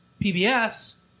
PBS